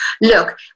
look